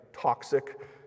toxic